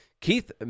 Keith